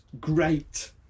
great